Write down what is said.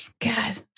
God